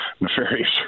nefarious